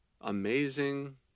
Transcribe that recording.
amazing